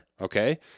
Okay